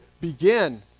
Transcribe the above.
begin